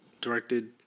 directed